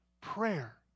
prayer